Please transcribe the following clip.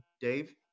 Dave